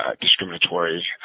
discriminatory